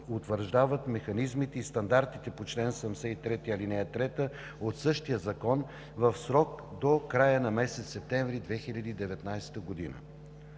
утвърждават механизмите и стандартите по чл. 73, ал. 3 от същия закон в срок до края на месец септември 2019 г.